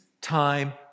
time